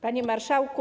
Panie Marszałku!